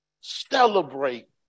celebrate